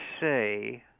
say